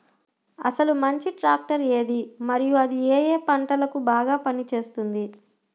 అసలు మంచి ట్రాక్టర్ ఏది మరియు అది ఏ ఏ పంటలకు బాగా పని చేస్తుంది?